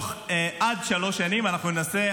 ועד שלוש שנים אנחנו ננסה,